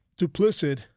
duplicit